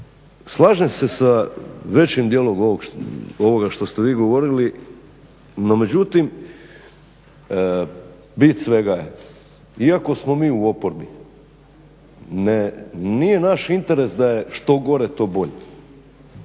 Slažem se sa većim djelom ovoga što ste vi govorili no međutim bit svega je, iako smo mi u oporbi nije naš interes da je što gore, to bolje.